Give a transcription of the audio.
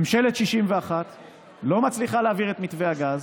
ממשלת 61 לא מצליחה להעביר את מתווה הגז,